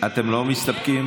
אתם לא מסתפקים?